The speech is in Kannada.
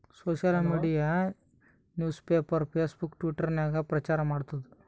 social media news paper, Facebook, Twitter ನಾಗ್ ಪ್ರಚಾರ್ ಮಾಡ್ತುದ್